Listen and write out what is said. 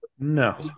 No